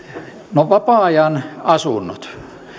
no vapaa ajanasunnot